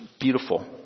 beautiful